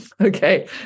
Okay